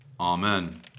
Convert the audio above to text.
Amen